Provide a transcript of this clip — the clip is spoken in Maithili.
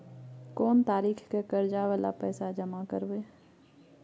कोन तारीख के कर्जा वाला पैसा जमा करबे?